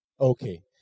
Okay